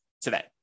today